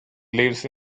lives